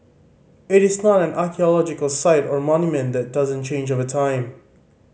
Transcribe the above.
it is not an archaeological site or monument that doesn't change over time